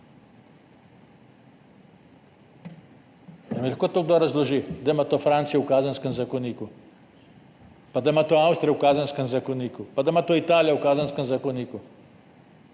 lahko to kdo razloži, da ima to Francija v kazenskem zakoniku, da ima to Avstrija v kazenskem zakoniku in da ima to Italija v Kazenskem zakoniku?